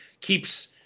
keeps